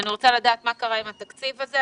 אני רוצה לדעת מה קרה עם התקציב הזה.